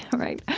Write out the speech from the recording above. right